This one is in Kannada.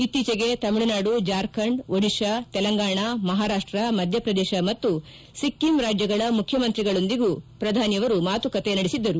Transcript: ಇತ್ತೀಚೆಗೆ ತಮಿಳುನಾಡು ಜಾರ್ಖಂಡ್ ಓಡಿಶಾ ತೆಲಂಗಾಣ ಮಹಾರಾಷ್ಟ ಮಧ್ಯೆಪ್ರದೇಶ ಮತ್ತು ಸಿಕ್ಕಿಂ ರಾಜ್ಯಗಳ ಮುಖ್ಯಮಂತ್ರಿಗಳೊಂದಿಗೆ ಮಾತುಕತೆ ನಡೆಸಿದ್ದರು